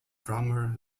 drummer